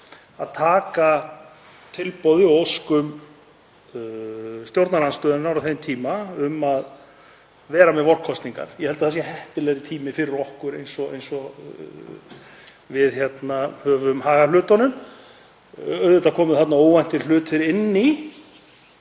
að taka tilboði og óskum stjórnarandstöðunnar á þeim tíma um að vera með vorkosningar. Ég held að það sé heppilegri tími fyrir okkur eins og við höfum hagað hlutunum. Auðvitað komu þarna óvæntir hlutir inn í